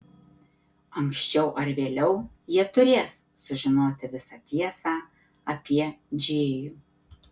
anksčiau ar vėliau jie turės sužinoti visą tiesą apie džėjų